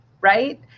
right